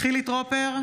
חילי טרופר,